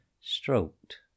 stroked